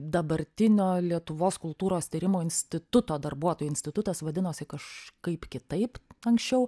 dabartinio lietuvos kultūros tyrimų instituto darbuotojų institutas vadinosi kažkaip kitaip anksčiau